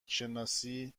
شناسی